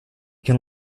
can